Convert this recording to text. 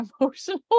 emotional